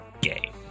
game